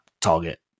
target